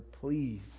please